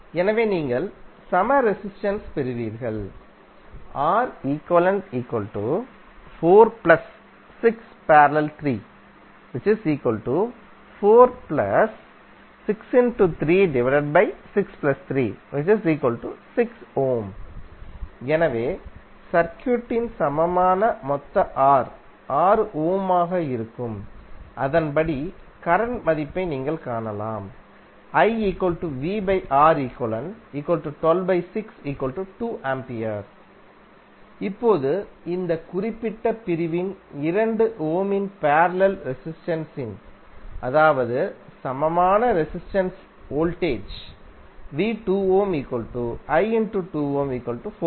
எனவே நீங்கள் சம ரெசிஸ்டென்ஸ் பெறுவீர்கள் எனவே சர்க்யூடின் சமமான மொத்த R 6 ஓம் ஆக இருக்கும் அதன்படி கரண்ட் மதிப்பை நீங்கள் காணலாம் A இப்போது இந்த குறிப்பிட்ட பிரிவின் 2 ஓமின் பேரலல் ரெசிஸ்டென்ஸின் அதாவது சமமான ரெசிஸ்டென்ஸ் வோல்டேஜ் V ஆகும்